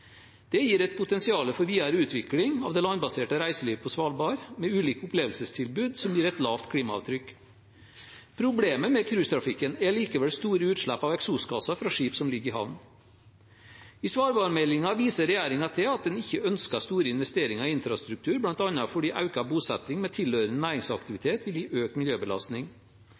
Det gir et potensial for videre utvikling av det landbaserte reiselivet på Svalbard, med ulike opplevelsestilbud som gir et lavt klimaavtrykk. Problemet med cruisetrafikken er likevel store utslipp av eksosgasser fra skip som ligger i havn. I svalbardmeldingen viser regjeringen til at den ikke ønsker store investeringer i infrastruktur, bl.a. fordi økt bosetning med tilhørende næringsaktivitet vil gi økt miljøbelastning.